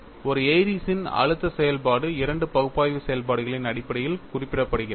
ஒரு ஏரிஸ்ன் Airy's அழுத்த செயல்பாடு இரண்டு பகுப்பாய்வு செயல்பாடுகளின் அடிப்படையில் குறிப்பிடப்படுகிறது